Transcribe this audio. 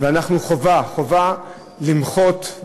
וחובה למחות,